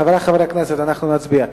חברי חברי הכנסת, אנחנו נצביע.